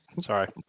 Sorry